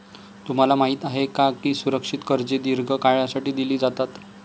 तुम्हाला माहित आहे का की सुरक्षित कर्जे दीर्घ काळासाठी दिली जातात?